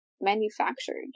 manufactured